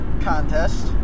contest